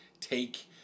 take